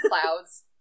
clouds